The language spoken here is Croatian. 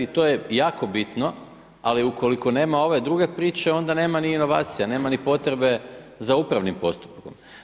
To je jako bitno, ali ukoliko nema ove druge priče, onda nema ni inovacija, nema ni potrebe za upravnim postupkom.